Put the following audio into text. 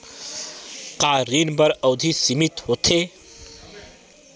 का ऋण बर अवधि सीमित होथे?